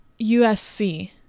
USC